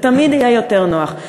זה תמיד יהיה יותר נוח.